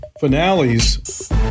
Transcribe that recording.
finales